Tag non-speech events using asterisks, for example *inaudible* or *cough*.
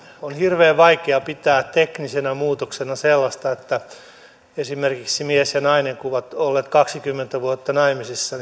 on hirveän vaikea pitää teknisenä muutoksena sellaista että kun esimerkiksi mies ja nainen ovat olleet kaksikymmentä vuotta naimisissa *unintelligible*